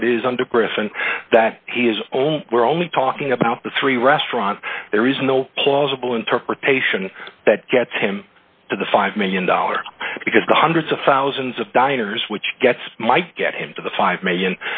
court is under griffin that he is only we're only talking about the three restaurants there is no plausible interpretation that gets him to the five million dollars because the hundreds of thousands of dinars which gets might get him to the five million